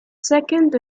second